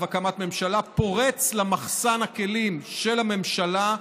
הקמת ממשלה פורץ למחסן הכלים של הממשלה,